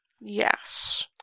Yes